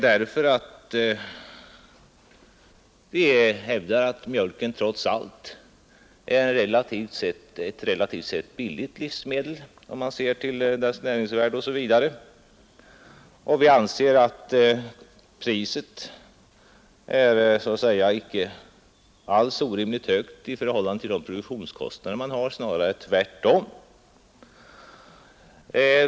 Vi hävdar att mjölken trots allt är ett relativt billigt livsmedel om man ser till näringsvärde osv. Vi anser därför att priset inte är orimligt högt i förhållande till produktionskostnaderna — snarare tvärtom.